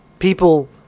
People